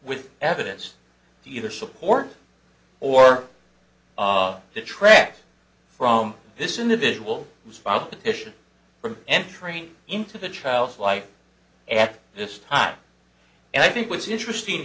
with evidence either support or of detract from this individual was filed a petition from entering into the child's life at this time and i think what's interesting